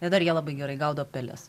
ir dar jie labai gerai gaudo peles